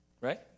right